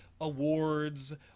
awards